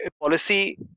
policy